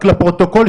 רק לפרוטוקול,